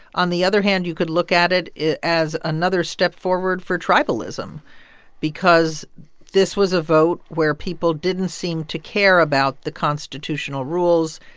on the other hand, you could look at it it as another step forward for tribalism because this was a vote where people didn't seem to care about the constitutional rules.